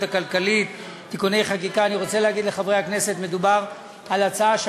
הכלכלית (תיקוני חקיקה ליישום התוכנית הכלכלית לשנים